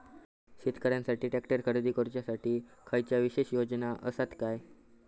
शेतकऱ्यांकसाठी ट्रॅक्टर खरेदी करुच्या साठी खयच्या विशेष योजना असात काय?